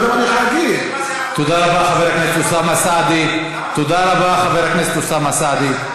תודה רבה, חבר הכנסת אוסאמה סעדי.